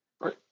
Right